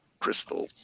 crystal